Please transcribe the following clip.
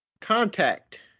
contact